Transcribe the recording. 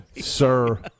Sir